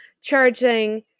charging